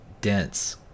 dense